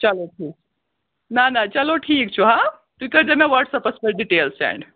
چلو ٹھیٖک نہَ نہَ چلو ٹھیٖک چھُ ہاں تُہۍ کٔرۍزیٚو مےٚ واٹس ایپس پٮ۪ٹھ ڈِٹیل سیٮنٛڈ